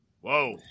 Whoa